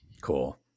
Cool